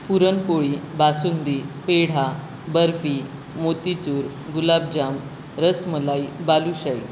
puran poli basundi pedha barfi motichoor gulabjam rasmalai balushahi